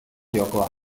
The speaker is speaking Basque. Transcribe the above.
jokoak